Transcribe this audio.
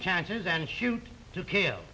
chances and shoot to kill